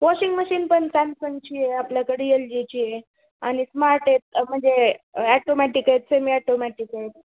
washing machine पण सॅमसंगची आहे आपल्याकडे एल जीची आहे आणि स्मार्ट आहेत म्हणजे ॲटोमॅटिक आहेत सेमि एटोमॅटिक आहेत